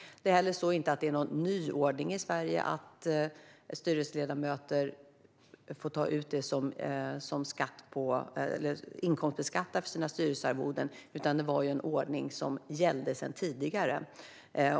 Det är heller inte någon nyordning i Sverige att styrelseledamöter får inkomstskatta för sina styrelsearvoden, utan det var en ordning som gällde sedan tidigare.